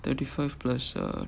thirty five plus uh